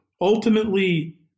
ultimately